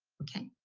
okay?